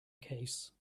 case